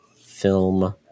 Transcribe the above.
film